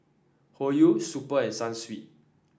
Hoyu Super and Sunsweet